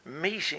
meeting